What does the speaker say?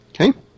Okay